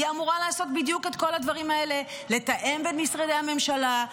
היא אמורה לעשות בדיוק את כל הדברים האלה: לתאם בין משרדי הממשלה,